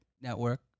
Network